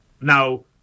Now